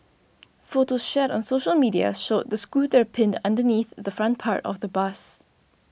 photos shared on social media showed the scooter pinned underneath the front part of the bus